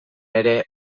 ere